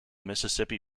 mississippi